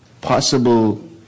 possible